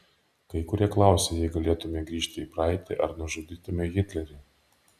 kai kurie klausia jei galėtumei grįžti į praeitį ar nužudytumei hitlerį